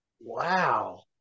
Wow